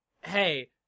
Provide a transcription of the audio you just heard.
Hey